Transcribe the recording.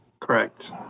correct